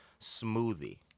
smoothie